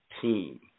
team